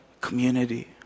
community